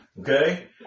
okay